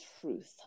truth